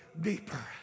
deeper